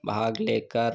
भाग लेकर